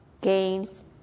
gains